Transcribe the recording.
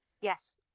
Yes